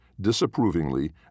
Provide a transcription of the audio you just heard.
disapprovingly